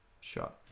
shot